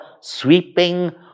sweeping